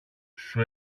σου